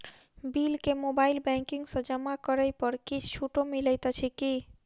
Bill केँ mobile banking सँ जमा करै पर किछ छुटो मिलैत अछि की?